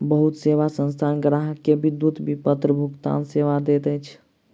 बहुत सेवा संस्थान ग्राहक के विद्युत विपत्र भुगतानक सेवा दैत अछि